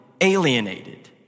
alienated